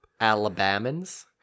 Alabamans